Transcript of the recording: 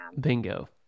Bingo